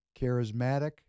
charismatic